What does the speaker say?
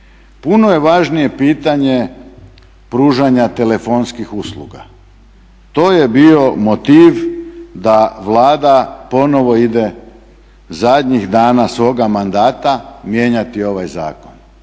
Puno je važnije pitanje pružanje telefonskih usluga. To je bio motiv da Vlada ponovno ide zadnjih dana svoga mandata mijenjati ovaj zakon.